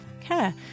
care